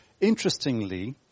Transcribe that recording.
Interestingly